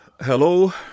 Hello